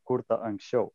kurta anksčiau